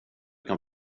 kan